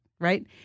Right